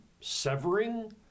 severing